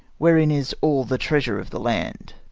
wherein is all the treasure of the land.